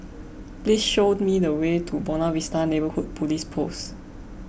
please show me the way to Buona Vista Neighbourhood Police Post